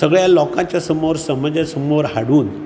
सगळ्या लोकांच्या समोर समाजा समोर हाडून